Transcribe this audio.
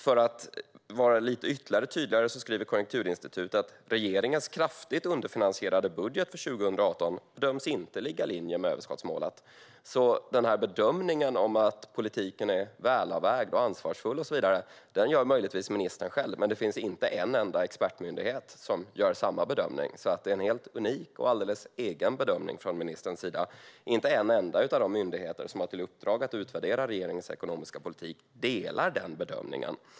För att vara lite ytterligare tydlig skriver Konjunkturinstitutet: "Regeringens kraftigt underfinansierade budget för 2018 bedöms inte ligga i linje med överskottsmålet." Bedömningen att politiken är välavvägd, ansvarsfull, och så vidare, gör möjligtvis ministern själv. Men det finns inte en enda expertmyndighet som gör samma bedömning. Det är en helt unik och alldeles egen bedömning från ministern sida. Inte en enda av de myndigheter som har till uppdrag att utvärdera regeringens ekonomiska politik delar den bedömningen.